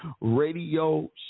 radio